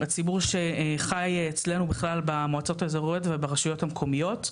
לציבור שחי אצלנו בכלל במועצות האזוריות וברשויות המקומיות.